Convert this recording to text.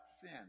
sin